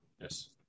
Yes